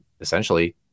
essentially